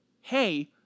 hey